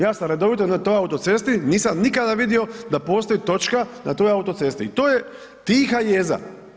Ja sam redovito na toj autocesti, nisam nikada vidio da postoji točka na toj autocesti i to je tiha jeza.